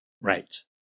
Right